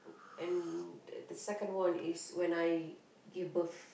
and the the second one is when I give birth